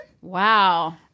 Wow